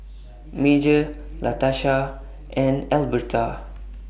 Major Latasha and Alberta